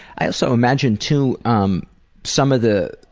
i also imagine too um some of the